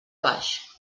baix